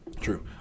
True